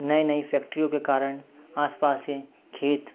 नई नई फैक्ट्रियों के कारण आस पास के खेत